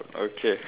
okay